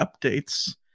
updates